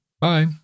Bye